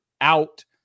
out